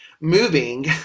moving